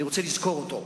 אני רוצה לזכור אותו,